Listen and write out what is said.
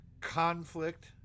conflict